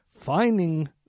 finding